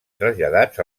traslladats